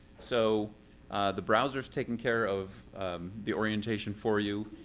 so the browser is taking care of the orientation for you.